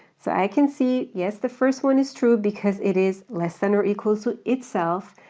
so i can see, yes the first one is true because it is less than or equals to itself,